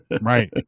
right